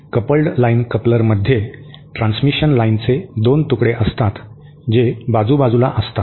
coupled line कपलरमध्ये transmission लाइनचे 2 तुकडे असतात जे बाजूबाजूला असतात